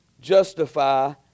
justify